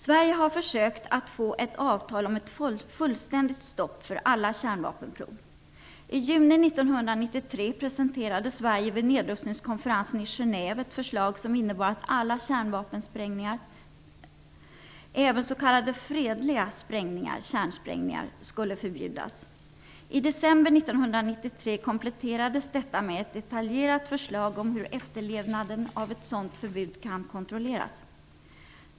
Sverige har försökt att få till stånd ett avtal om ett fullständigt stopp för alla kärnvapenprov. I juni december 1993 kompletterades detta med ett detaljerat förslag om hur efterlevnaden av ett sådant förbud kan kontrolleras.